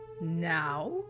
Now